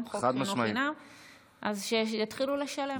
אז שיתחילו לשלם.